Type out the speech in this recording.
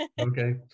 okay